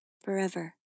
forever